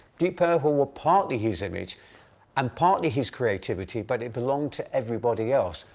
deep purple were partly his image and partly his creativity, but it belonged to everybody else.